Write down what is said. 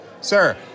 sir